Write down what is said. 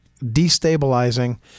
destabilizing